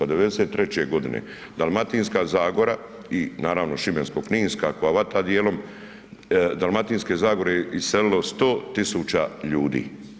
Od '93. godine, Dalmatinska zagora i naravno Šibensko-kninska koja vata dijelom Dalmatinske zagore iselilo 100.000 ljudi.